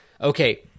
okay